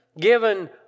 given